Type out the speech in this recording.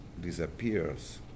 disappears